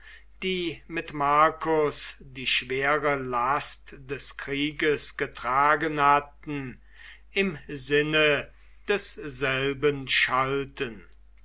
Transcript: die mit marcus die schwere last des krieges getragen hatten im sinne desselben schalten